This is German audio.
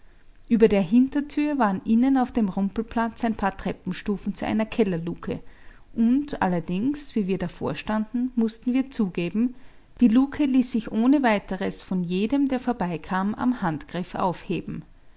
über der hintertür waren innen auf dem rumpelplatz ein paar treppenstufen zu einer kellerluke und allerdings wie wir davorstanden mußten wir zugeben die luke ließ sich ohne weiteres von jedem der vorbeikam am handgriff aufheben